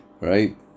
right